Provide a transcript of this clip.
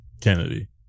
Kennedy